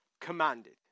commanded